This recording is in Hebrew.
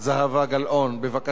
בבקשה, מי בעד?